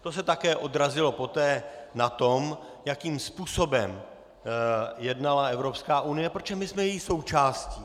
To se také odrazilo poté na tom, jakým způsobem jednala Evropská unie, protože my jsme její součástí.